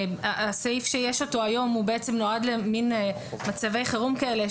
הסעיף שיש אותו היום בעצם נועד למצבי חירום כאלה,